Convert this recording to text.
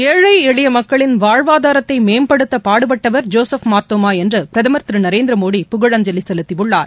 ஏழை எளிய மக்களின் வாழ்வாதாரத்தை மேம்படுத்த பாடுபட்டவர் ஜோசுப் மார்தோமா என்று பிரதமர் திரு நரேந்திரமோடி புகழஞ்சலி செலுத்தியுள்ளார்